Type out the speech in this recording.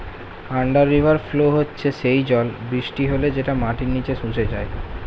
under river flow হচ্ছে সেই জল বৃষ্টি হলে যেটা মাটির নিচে শুষে যায়